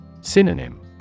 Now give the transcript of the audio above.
Synonym